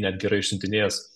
netgi yra išsiuntinėjęs